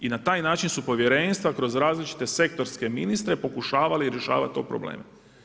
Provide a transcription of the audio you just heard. I na taj način su povjerenstva kroz različite sektorske ministre pokušavali rješavati te probleme.